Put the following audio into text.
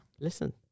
Listen